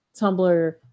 Tumblr